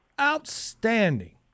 Outstanding